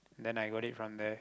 then I got it from there